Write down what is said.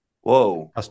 Whoa